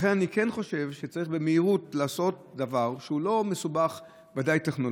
לכן אני כן חושב שצריך במהירות לעשות דבר שהוא לא מסובך טכנולוגית,